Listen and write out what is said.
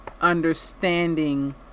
understanding